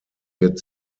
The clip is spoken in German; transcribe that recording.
wird